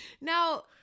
Now